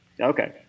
Okay